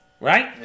Right